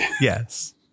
Yes